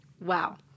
Wow